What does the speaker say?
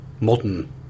modern